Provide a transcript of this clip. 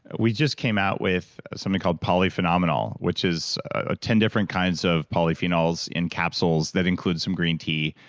we just came out with something called polyphenomenal, which is ah ten different kinds of polyphenols in capsules that include some green tea.